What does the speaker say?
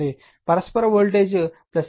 పరస్పర voltage M di1dt